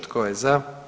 Tko je za?